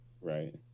Right